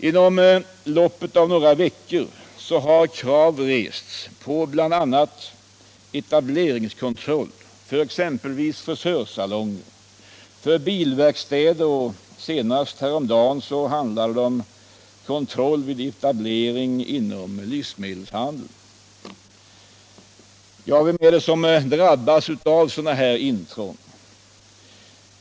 Inom loppet av några veckor har krav rests på bl.a. etableringskontroll för frisörsalonger och bilverkstäder. Senast häromdagen handlade det om kontroll vid etablering inom livsmedelshandeln. Vem är det som drabbas av sådana här intrång?